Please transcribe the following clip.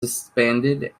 disbanded